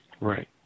Right